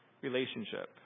relationship